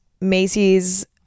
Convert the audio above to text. Macy's